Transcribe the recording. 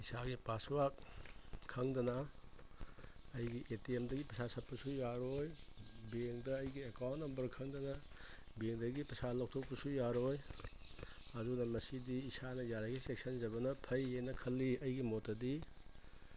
ꯏꯁꯥꯒꯤ ꯄꯥꯁꯋꯥꯔꯗ ꯈꯪꯗꯅ ꯑꯩꯒꯤ ꯑꯦ ꯇꯤ ꯑꯦꯝꯗꯒꯤ ꯄꯩꯁꯥ ꯁꯠꯄꯁꯨ ꯌꯥꯔꯣꯏ ꯕꯦꯡꯗ ꯑꯩꯒꯤ ꯑꯦꯀꯥꯎꯟ ꯅꯝꯕꯔ ꯈꯪꯗꯅ ꯕꯦꯡꯗꯒꯤ ꯄꯩꯁꯥ ꯂꯧꯊꯣꯛꯄꯁꯨ ꯌꯥꯔꯣꯏ ꯑꯗꯨꯅ ꯃꯁꯤꯗꯤ ꯏꯁꯥꯅ ꯌꯥꯔꯤꯒꯩ ꯆꯦꯛꯁꯤꯟꯖꯕꯅ ꯐꯩꯑꯅ ꯈꯜꯂꯤ ꯑꯩꯒꯤ ꯃꯣꯠꯇꯗꯤ